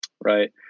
right